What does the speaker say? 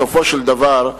בסופו של דבר,